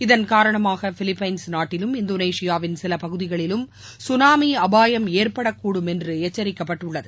இதன் காரணமாக பிலிப்பைன்ஸ் நாட்டிலும் இந்தோனேஷியாவின் சில பகுதிகளிலும் குனாமி அபாயம் ஏற்படக்கூடும் என்று எச்சரிக்கப்பட்டுள்ளது